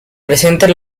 presentes